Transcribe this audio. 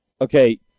Okay